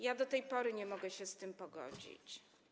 Ja do tej pory nie mogę się z tym pogodzić.